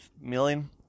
million